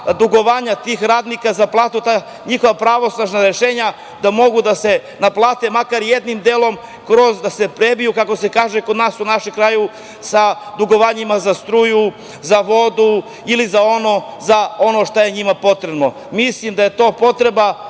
dugovanja radnika, da njihova pravosnažna rešenja mogu da se naplate, makar jednim delom da se „prebiju“, kako se kaže kod nas u našem kraju, sa dugovanjima za struju, za vodu ili za ono što je njima potrebno. Mislim da je to potreba